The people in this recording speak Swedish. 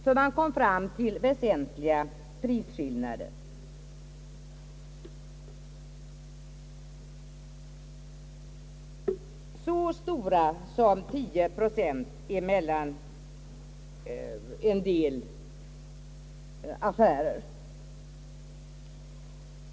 Man kom fram till väsentliga prisskillnader, så stora som 10 procent mellan en del affärer.